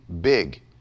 big